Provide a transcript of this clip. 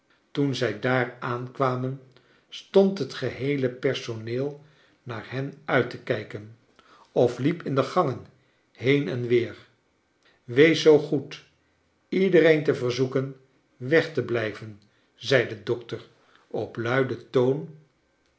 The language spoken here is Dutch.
toen zij daar aankwamen stond het geheele personeel naar hen uit te kijken of liep in de gangen heen en weer wees zoo goed iedereen te verzoeken weg te mijven zei de dokter op luiden toon